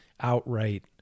outright